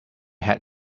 had